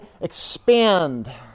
expand